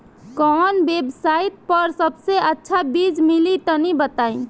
कवन वेबसाइट पर सबसे अच्छा बीज मिली तनि बताई?